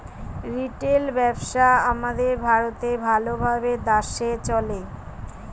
retail ব্যবসা আমাদের ভারতে ভাল ভাবে দ্যাশে চলে